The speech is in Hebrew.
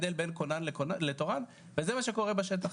ההבדל בין כונן לתורן וזה מה שקורה בשטח.